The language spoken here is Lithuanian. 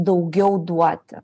daugiau duoti